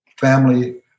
family